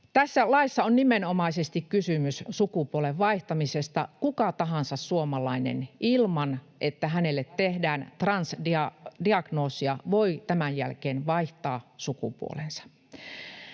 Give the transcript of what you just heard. Tässä laissa on nimenomaisesti kysymys sukupuolen vaihtamisesta. Kuka tahansa suomalainen, ilman että hänelle tehdään transdiagnoosia, voi tämän jälkeen vaihtaa sukupuolensa.